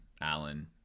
Alan